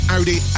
Audi